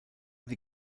die